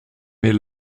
mes